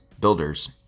builders